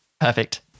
perfect